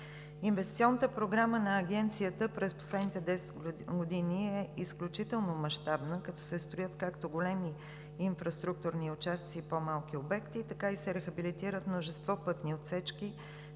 Инвестиционната програма на Агенцията през последните 10 години е изключително мащабна, като се строят както големи инфраструктурни участъци и по-малки обекти, така и се рехабилитират множество пътни отсечки